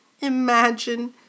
Imagine